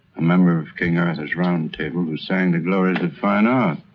a member of king arthur's round table who sang the glories of fine art.